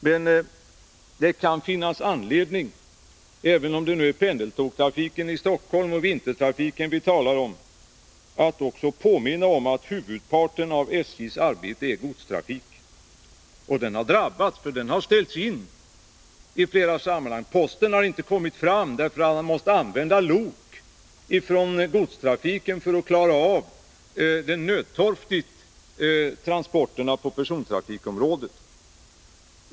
Men det kan finnas anledning, även om det nu är pendeltågstrafiken i Stockholm och vintertrafiken vi talar om, att också påminna om att huvudparten av SJ:s arbete är godstrafik. Den har drabbats, för den har ställts in vid flera tillfällen. Posten har inte kommit fram därför att lok från godstrafiken måste användas för att nödtorftigt klara transporterna på persontrafikområdet.